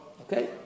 Okay